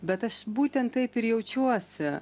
bet aš būtent taip ir jaučiuosi